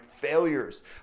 failures